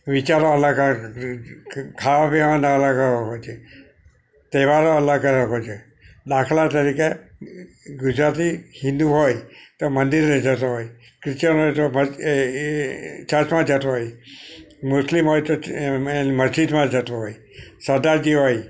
વિચારો અલગ હોય છે ખાવા પીવાનું અલગ હોય પછી તહેવારો અલગ અલગ હોય છે દાખલા તરીકે ગુજરાતી હિન્દુ હોય તો મંદિરે જતો હોય ખ્રિસ્યન હોય તો એ ચર્ચમાં જતો હોય મુસ્લિમ હોય તો એ મસ્જિદમાં જતો હોય સરદારજી હોય